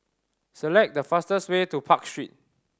select the fastest way to Park Street